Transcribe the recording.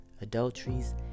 adulteries